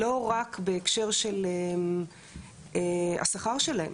לא רק בהקשר של השכר שלהם